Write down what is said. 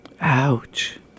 Ouch